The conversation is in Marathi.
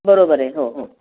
बरोबर आहे हो हो